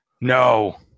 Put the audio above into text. No